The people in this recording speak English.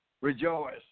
Rejoice